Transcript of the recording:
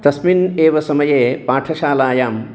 तस्मिन्नेव समये पाठशालायाम्